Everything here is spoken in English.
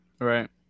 Right